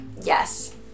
yes